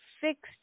fixed